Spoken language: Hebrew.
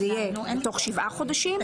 יהיה בתוך שבעה חודשים,